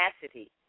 capacity